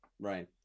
right